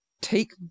take